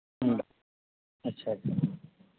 ᱦᱮᱸ ᱟᱪᱪᱷᱟ